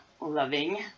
loving